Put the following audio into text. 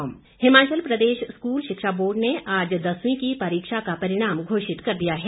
परिणाम हिमाचल प्रदेश स्कूल शिक्षा बोर्ड ने आज दसवी की परीक्षा का परिणाम घोषित कर दिया है